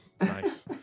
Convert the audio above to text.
Nice